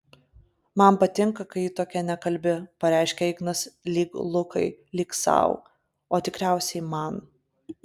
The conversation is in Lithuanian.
man patinka kai ji tokia nekalbi pareiškia ignas lyg lukai lyg sau o tikriausiai man